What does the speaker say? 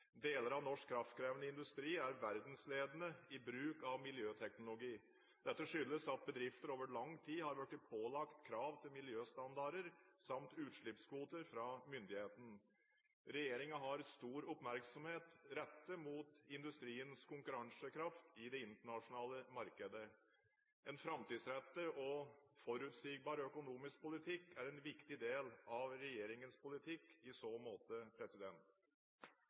Deler av norsk kraftkrevende industri er verdensledende i bruk av miljøteknologi. Dette skyldes at bedrifter i lang tid har blitt pålagt krav til miljøstandarder, samt utslippskvoter fra myndighetene. Regjeringen har stor oppmerksomhet rettet mot industriens konkurransekraft i det internasjonale markedet. En framtidsrettet og forutsigbar økonomisk politikk er en viktig del av regjeringens politikk i så måte.